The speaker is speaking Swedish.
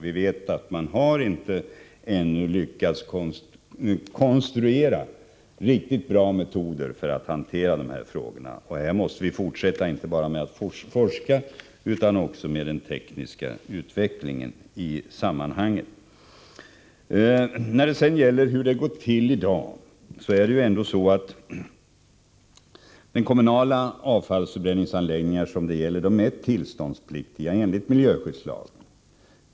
Vi vet att man ännu inte lyckats konstruera riktigt bra metoder för att hantera dessa frågor. Här måste vi fortsätta inte bara med att forska utan också med den tekniska utvecklingen i sammanhanget. När det sedan gäller hur det går till i dag är de kommunala avfallsförbränningsanläggningar som det här är fråga om tillståndspliktiga enligt miljöskyddslagen.